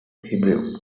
hebrew